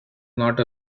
not